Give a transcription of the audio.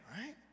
right